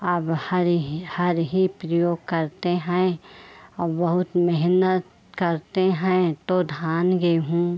अब हर ही हर ही प्रयोग करते हैं और बहुत मेहनत करते हैं तो धान गेहूँ